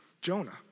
Jonah